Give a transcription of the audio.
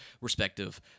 respective